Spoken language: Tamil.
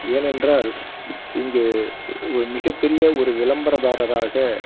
ஏனென்றால் இங்கு ஒரு மிகப்பெரிய ஒரு விளம்பரதாரராக